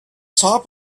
top